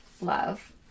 love